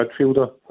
midfielder